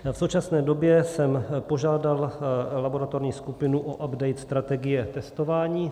V současné době jsem požádal laboratorní skupinu o update strategie testování.